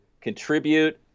contribute